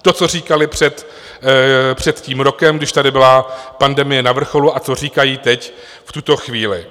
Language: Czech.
To, co říkali před tím rokem, když tady byla pandemie na vrcholu, a co říkají teď, v tuto chvíli.